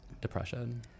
depression